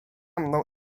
mną